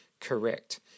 correct